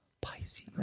Pisces